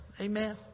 Amen